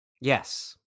Yes